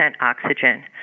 oxygen